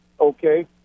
Okay